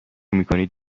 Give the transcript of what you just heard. میکنید